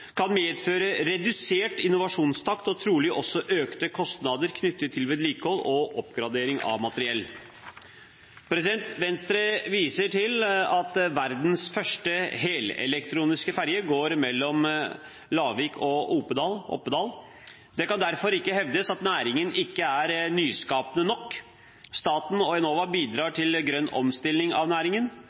kan medføre redusert innovasjonstakt og trolig også økte kostnader knyttet til vedlikehold og oppgradering av materiell. Venstre viser til at verdens første helelektriske ferge går mellom Lavik og Oppedal. Det kan derfor ikke hevdes at næringen ikke er nyskapende nok. Staten og Enova bidrar til grønn omstilling av næringen,